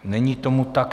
Není tomu tak.